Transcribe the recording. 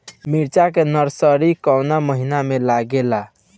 मिरचा का नर्सरी कौने महीना में लागिला?